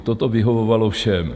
Toto vyhovovalo všem.